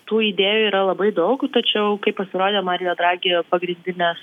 tų idėjų yra labai daug tačiau kai pasirodė marijo dragi pagrindinės